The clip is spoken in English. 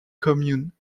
commune